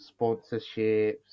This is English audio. sponsorships